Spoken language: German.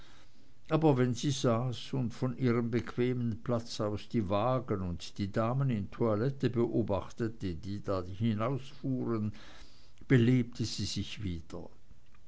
aber wenn sie saß und von ihrem bequemen platz aus die wagen und die damen in toilette beobachtete die da hinausfuhren so belebte sie sich wieder